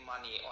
money